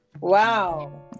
Wow